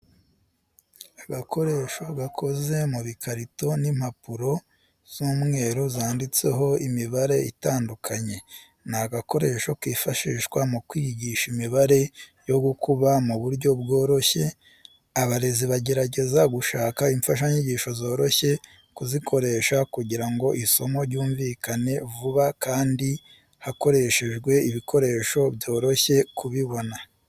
Agakoresho gakoze mu bikarito n'impapuro z'umweru zanditseho imibare itandukanye, ni agakoresho kifashishwa mu kwigisha imibare yo gukuba mu buryo bworoshye. Abarezi bagerageza gushaka imfashanyigisho zoroshye kuzikoresha kugira ngo isomo ryumvikane vuba kandi hakoreshejwe ibikoresho byoroshye kubibona.